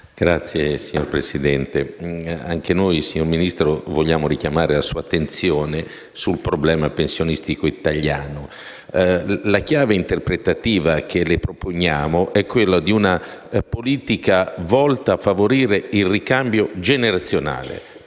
Signor Ministro, anche noi vogliamo richiamare la sua attenzione sul problema pensionistico italiano. La chiave interpretativa che le proponiamo è quella di una politica volta a favorire il ricambio generazionale